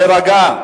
תירגע.